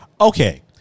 Okay